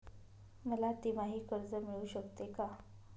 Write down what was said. मला तिमाही कर्ज मिळू शकते का?